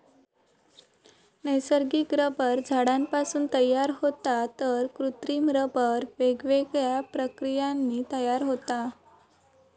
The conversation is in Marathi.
नैसर्गिक रबर झाडांपासून तयार होता तर कृत्रिम रबर वेगवेगळ्या प्रक्रियांनी तयार होता